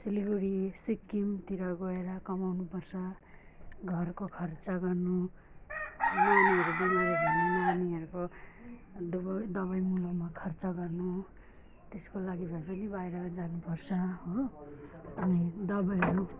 सिलगढी सिक्किमतिर गएर कमाउनुपर्छ घरको खर्च गर्नु नानीहरू बिमारी भने नानीहरूको डुबोई दबाईमुलोमा खर्च गर्नु त्यसको लागि भए पनि बाहिर जानुपर्छ हो अनि दबाईहरू